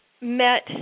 met